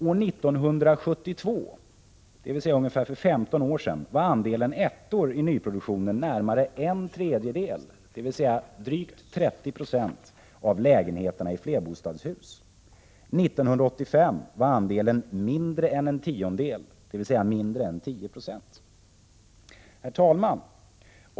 År 1972, dvs. för ungefär 15 år sedan, var andelen ettor i nyproduktionen närmare en tredjedel, dvs. drygt 30 20, av lägenheterna i flerbostadshusen. År 1985 var andelen mindre än en tiondel, dvs. mindre än 10 96. Herr talman!